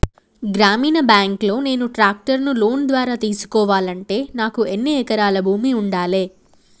గ్రామీణ బ్యాంక్ లో నేను ట్రాక్టర్ను లోన్ ద్వారా తీసుకోవాలంటే నాకు ఎన్ని ఎకరాల భూమి ఉండాలే?